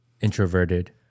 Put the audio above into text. introverted